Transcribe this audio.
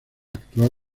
actual